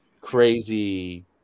crazy